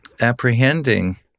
apprehending